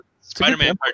spider-man